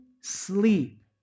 sleep